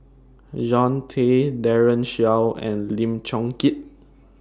Jean Tay Daren Shiau and Lim Chong Keat